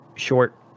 short